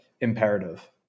imperative